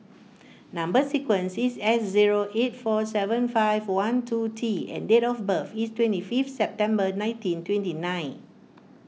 Number Sequence is S zero eight four seven five one two T and date of birth is twenty fifth September nineteen twenty nine